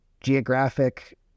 geographic